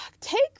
Take